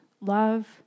love